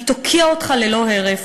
היא תוקיע אותך ללא הרף.